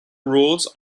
rules